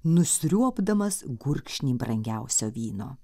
nusriuobdamas gurkšnį brangiausio vyno